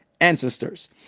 ancestors